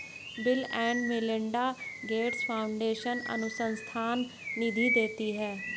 bill and Melinda Gates Foundation अनुसंधान निधि देती है